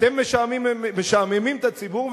אתם משעממים את הציבור,